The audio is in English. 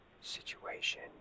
situation